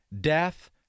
Death